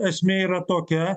esmė yra tokia